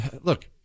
look